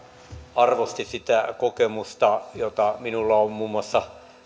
arvosti sitä kokemusta jota minulla on on muun muassa